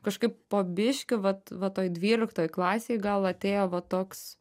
kažkaip po biškį vat va toj dvyliktoj klasėj gal atėjo va toks